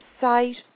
site